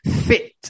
fit